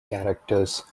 characters